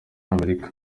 amerika